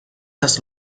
است